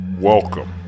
Welcome